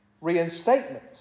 reinstatement